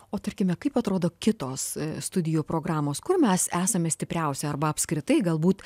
o tarkime kaip atrodo kitos studijų programos kur mes esame stipriausi arba apskritai galbūt